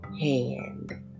hand